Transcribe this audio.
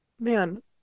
Man